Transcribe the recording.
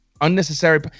unnecessary